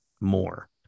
more